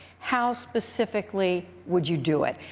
how specifically would you do it?